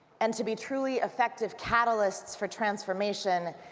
and to be truly effective catalysts for transformation,